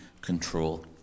control